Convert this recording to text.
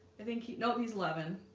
i think he nope he's eleven.